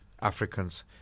Africans